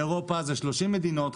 באירופה זה 30 מדינות,